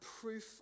proof